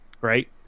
right